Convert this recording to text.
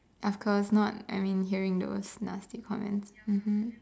of course not I mean hearing those nasty comments mmhmm